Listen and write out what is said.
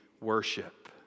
worship